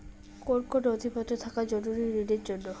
কোন কোন নথিপত্র থাকা জরুরি ঋণের জন্য?